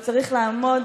אבל צריך לעמוד